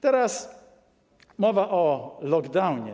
Teraz mowa o lockdownie.